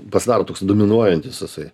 pasidaro toks dominuojantis jisai